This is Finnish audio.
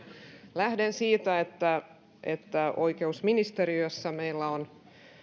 lähden siitä että että oikeusministeriössä meillä on